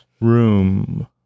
room